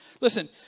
Listen